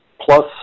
plus